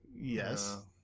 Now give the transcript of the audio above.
Yes